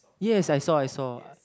yes I saw I saw